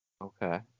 Okay